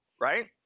right